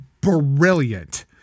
brilliant